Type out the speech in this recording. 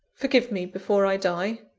forgive me before i die!